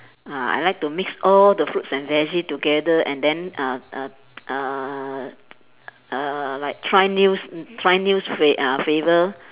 ah I like to mix all the fruits and veggie together and then uh uh uh err like try news n~ try new fla~ uh flavour